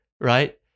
right